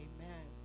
Amen